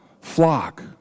flock